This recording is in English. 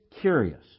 curious